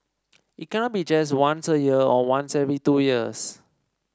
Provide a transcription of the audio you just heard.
it can't be just once a year or once every two years